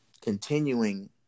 continuing